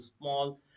small